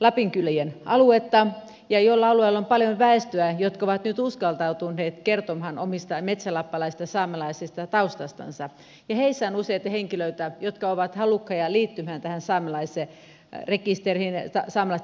lapinkylien aluetta jolla alueella on paljon väestöä joka on nyt uskaltautunut kertomaan omasta metsälappalaisesta saamelaisesta taustastansa ja heissä on useita henkilöitä jotka ovat halukkaita liittymään tähän saamelaisrekisteriin saamelaisten vaaliluetteloon